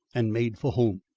and made for home.